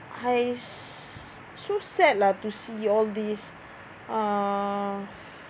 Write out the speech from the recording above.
!hais! so sad lah to see all this uh